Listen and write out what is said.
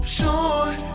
sure